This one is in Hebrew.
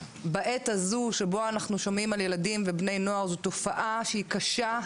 בעת הזו שבו אנחנו שומעים על ילדים ובני נוער זו תופעה שהיא קשה,